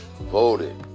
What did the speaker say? voted